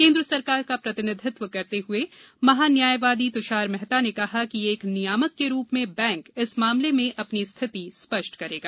केंद्र सरकार का प्रतिनिधित्व करते हुए महान्यायवादी तुषार मेहता ने कहा कि एक नियामक के रूप में बैंक इस मामले में अपनी स्थिति स्पष्ट करेगा